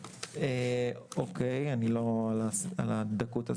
בסדר, אני לא בקיא בדקויות הללו.